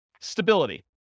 Stability